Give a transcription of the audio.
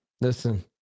listen